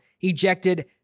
ejected